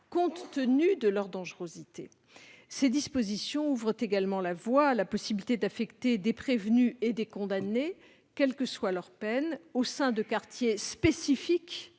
compte tenu de leur dangerosité. Ces dispositions ouvrent également la voie à la possibilité d'affecter des prévenus et des condamnés, indépendamment du niveau de leur peine, au sein de quartiers spécifiques